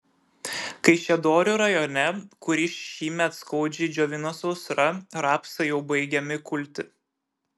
kaišiadorių rajone kurį šįmet skaudžiai džiovino sausra rapsai jau baigiami kulti